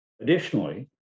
Additionally